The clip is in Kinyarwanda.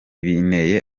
binteye